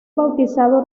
bautizado